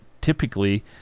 typically